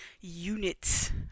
units